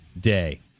day